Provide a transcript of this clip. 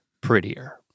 prettier